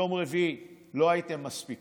ביום רביעי לא הייתם מספיקים,